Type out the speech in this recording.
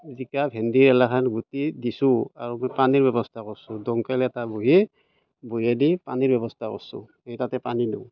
জিকা ভেন্দি এইগিলাখান গুটি দিছোঁ আৰু মই পানীৰ ব্যৱস্থা কৰিছোঁ দমকল এটা বহাই বৰিঙেদি পানীৰ ব্যৱস্থা কৰিছোঁ এই তাতে পানী দিওঁ